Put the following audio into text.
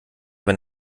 wenn